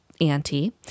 Auntie